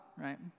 right